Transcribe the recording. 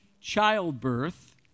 childbirth